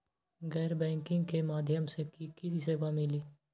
गैर बैंकिंग के माध्यम से की की सेवा मिली?